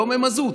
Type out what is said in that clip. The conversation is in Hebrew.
לא ממזוט,